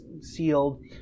sealed